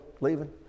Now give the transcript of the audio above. leaving